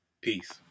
Peace